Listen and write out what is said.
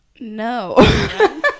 no